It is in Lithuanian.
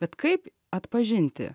bet kaip atpažinti